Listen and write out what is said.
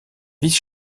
vice